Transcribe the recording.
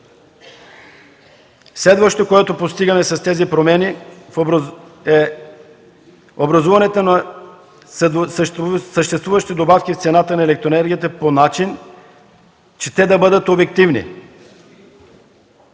Следващото, което постигаме с тези промени, е образуването на съществуващи добавки в цената на електроенергията по начин, че те да бъдат обективни.